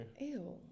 Ew